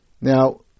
Now